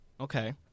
okay